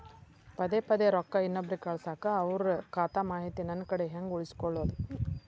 ಪದೆ ಪದೇ ರೊಕ್ಕ ಇನ್ನೊಬ್ರಿಗೆ ಕಳಸಾಕ್ ಅವರ ಖಾತಾ ಮಾಹಿತಿ ನನ್ನ ಕಡೆ ಹೆಂಗ್ ಉಳಿಸಿಕೊಳ್ಳೋದು?